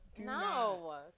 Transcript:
No